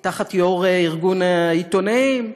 תחת יו"ר ארגון העיתונאים.